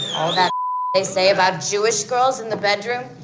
all that they say about jewish girls in the bedroom?